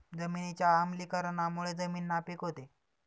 जमिनीच्या आम्लीकरणामुळे जमीन नापीक होते